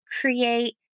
create